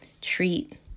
treat